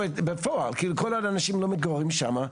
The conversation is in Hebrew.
בפועל, כאילו, כל עוד אנשים לא מתגוררים שם,